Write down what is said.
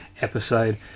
episode